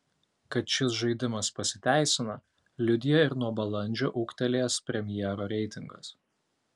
kad šis žaidimas pasiteisina liudija ir nuo balandžio ūgtelėjęs premjero reitingas